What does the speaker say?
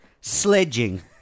Sledging